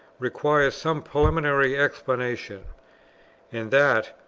requires some preliminary explanation and that,